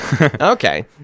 Okay